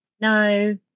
no